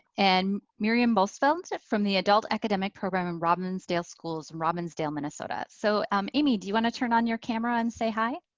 and miriam bosveld from the adult academic program in robbinsdale schools in robbinsdale, minnesota. so um amy, do you wanna turn on your camera and say hi?